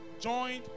joined